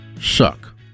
suck